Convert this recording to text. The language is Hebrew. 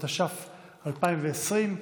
התש"ף 2020,